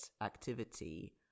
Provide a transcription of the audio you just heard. activity